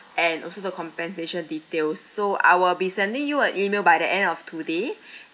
and also the compensation details so I'll be sending you a email by the end of today